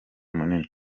munini